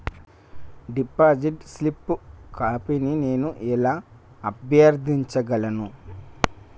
Deposit slip కాపీని నేను ఎలా అభ్యర్థించగలను?